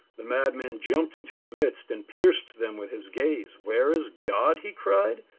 the madman jumped into their midst and pierced them with his gaze, where is god, he cried.